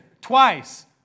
Twice